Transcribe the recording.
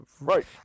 right